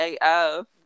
AF